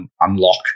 unlock